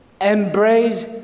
Embrace